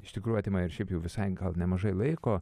iš tikrų atima ir šiaip jau visai nemažai laiko